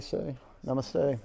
Namaste